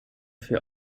für